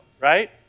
right